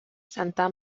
santa